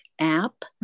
app